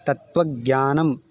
तत्त्वज्ञानम्